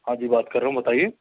हाँ जी बात कर रहा हूँ बताइए